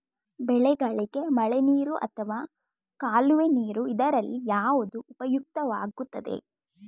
ಬೆಳೆಗಳಿಗೆ ಮಳೆನೀರು ಅಥವಾ ಕಾಲುವೆ ನೀರು ಇದರಲ್ಲಿ ಯಾವುದು ಉಪಯುಕ್ತವಾಗುತ್ತದೆ?